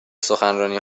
سخنرانی